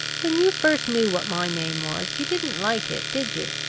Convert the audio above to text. when you first knew what my name was, you didn't like it, did you?